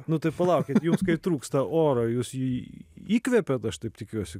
nu tai palaukit jums kai trūksta oro jūs jį įkvepiat aš taip tikiuosi